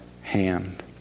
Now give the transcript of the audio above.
hand